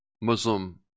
Muslim